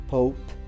Pope